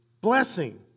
blessing